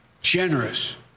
generous